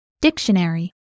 Dictionary